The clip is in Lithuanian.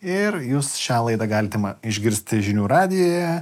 ir jūs šią laidą galite išgirsti žinių radijuje